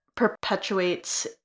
perpetuates